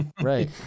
Right